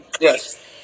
Yes